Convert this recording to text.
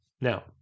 Now